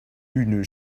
une